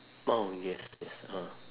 oh yes yes ah